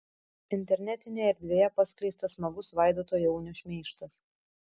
internetinėje erdvėje paskleistas smagus vaidoto jaunio šmeižtas